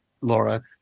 Laura